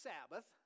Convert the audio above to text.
Sabbath